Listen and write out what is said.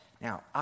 Now